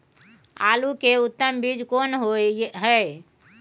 आलू के उत्तम बीज कोन होय है?